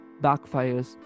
backfires